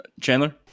Chandler